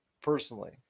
personally